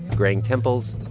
graying temples,